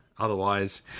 Otherwise